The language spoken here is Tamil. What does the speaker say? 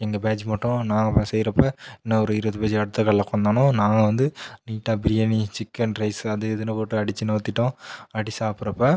எங்கள் பேட்ச் மட்டும் போனோம் நாங்கள் செய்கிறப்ப இன்னும் ஒரு இருபது பேட்ச்சு அடுத்த கடையில் உட்காந்தோன நாங்கலாம் வந்து நீட்டாக பிரியாணி சிக்கன் ரைஸ் அது இதுன்னு போட்டு அடித்து நவுந்திட்டோம் அப்படி சாப்புடுறப்ப